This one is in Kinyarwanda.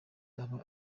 aba